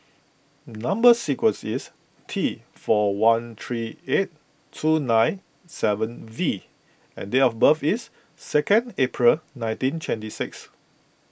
Number Sequence is T four one three eight two nine seven V and date of birth is second April nineteen twenty six